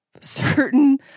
certain